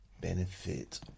Benefit